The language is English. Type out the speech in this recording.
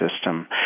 system